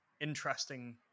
interesting